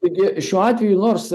taigi šiuo atveju nors